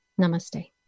Namaste